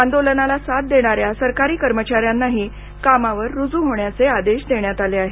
आंदोलनाला साथ देणाऱ्या सरकारी कर्मचाऱ्यांनाही कामावर रुजू होण्याचा आदेश देण्यात आला आहे